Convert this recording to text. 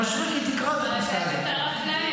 מישרקי, תקרא את הפסקה הזאת.